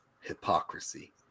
hypocrisy